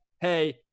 hey